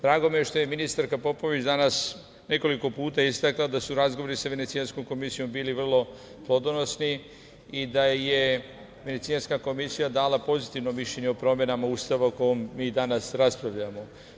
Drago mi je što je ministarka Popović danas nekoliko puta istakla da su razgovori sa Venecijanskom komisijom bili vrlo plodonosni i da je Venecijanska komisija dala pozitivno mišljenje o promenama Ustava o kom mi danas raspravljamo.